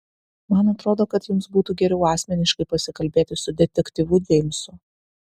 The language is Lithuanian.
man atrodo kad jums būtų geriau asmeniškai pasikalbėti su detektyvu džeimsu